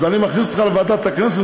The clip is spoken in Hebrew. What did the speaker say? אז אני מכניס אותך לוועדת הכנסת,